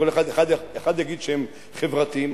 אחד יגיד שהם חברתיים.